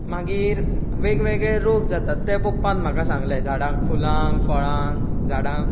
मागीर वेगवेगळे रोग जातात ते पप्पान म्हाका सांगलें झाडांक फुलांक फळांक झाडांक